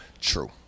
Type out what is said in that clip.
True